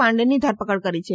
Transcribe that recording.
પાંડેની ધરપકડ કરી છે